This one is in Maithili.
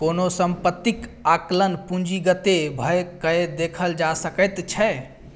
कोनो सम्पत्तीक आंकलन पूंजीगते भए कय देखल जा सकैत छै